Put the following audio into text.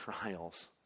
trials